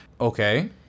Okay